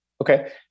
Okay